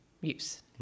use